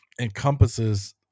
encompasses